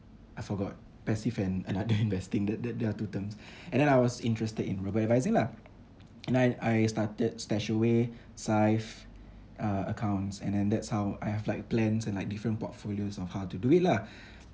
I forgot passive and another investing that that there are two terms and then I was interested in robo advising lah and I I started Stashaway Syfe uh accounts and then that's how I have like plans and like different portfolios of how to do it lah